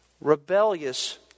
rebellious